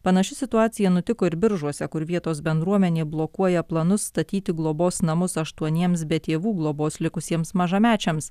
panaši situacija nutiko ir biržuose kur vietos bendruomenė blokuoja planus statyti globos namus aštuoniems be tėvų globos likusiems mažamečiams